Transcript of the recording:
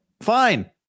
Fine